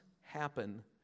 happen